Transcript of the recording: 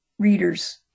Readers